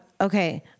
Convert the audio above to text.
Okay